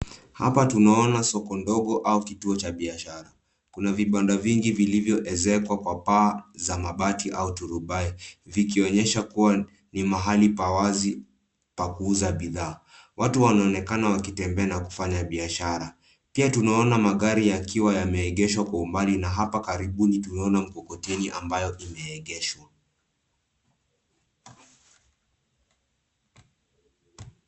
Hapa tunaona soko ndogo au kituo cha biashara. Kuna vibanda vingi vilivyoezekwa kwa paa za mabati au turubai, vikionyesha kuwa ni mahali pa wazi pa kuuza bidhaa. Watu wanaonekana wakitembea na kufanya biashara. Pia tunaona magari yakiwa yameegeshwa kwa umbali na hapa karibuni tunaona mkokoteni ambayo imeegeshwa.